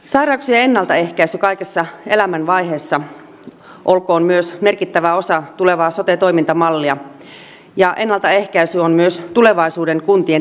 sairauksien ennaltaehkäisy kaikissa elämänvaiheissa olkoon myös merkittävä osa tulevaa sote toimintamallia ja ennaltaehkäisy on myös tulevaisuuden kuntien tehtävä edelleen